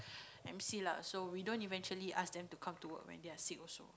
m_c lah so we don't eventually ask them to come to work when they are sick also